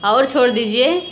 और छोड़ दीजिए